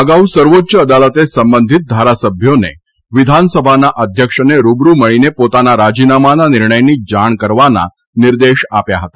અગાઉ સર્વોચ્ય અદાલતે સંબંધિત ધારાસભ્યોને વિધાનસભાના અધ્યક્ષને રૂબરૂ મળીને પોતાના રાજીનામાના નિર્ણયની જાણ કરવાના નિર્દેશ આપ્યા હતા